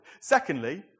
Secondly